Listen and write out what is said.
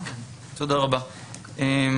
ראשית,